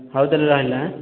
ହଉ ତା'ହେଲେ ରହିଲି ହେଁ